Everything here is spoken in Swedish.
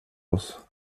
oss